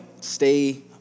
stay